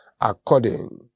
according